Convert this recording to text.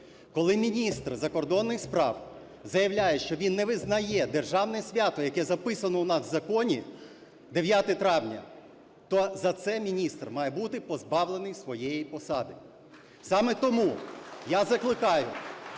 Коли міністр закордонних справ заявляє, що він не визнає державне свято, яке записано у нас в законі, 9 травня, то за це міністр має бути позбавлений своєї посади. Саме тому я закликаю,